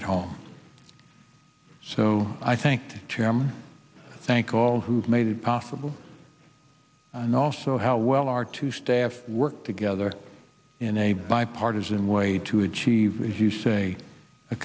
at home so i thanked him thank all who made it possible and also how well our two staff work together in a bipartisan way to achieve as you say a